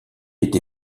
est